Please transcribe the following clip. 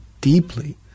deeply